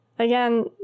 Again